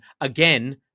Again